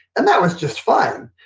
and that was just fine.